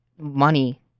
money